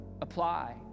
apply